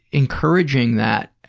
encouraging that,